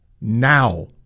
now